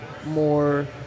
More